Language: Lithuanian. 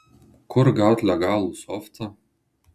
kur gaut legalų softą